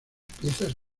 piezas